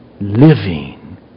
living